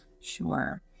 Sure